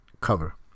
cover